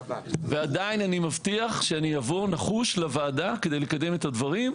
ועדיין אני מבטיח שאני אבוא נחוש לוועדה כדי לקדם את הדברים,